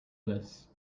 this